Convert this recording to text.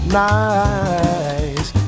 nice